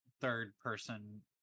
third-person